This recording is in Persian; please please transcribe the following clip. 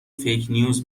فیکنیوز